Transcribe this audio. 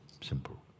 Simple